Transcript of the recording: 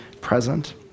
present